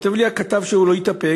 כותב לי הכתב שהוא לא התאפק,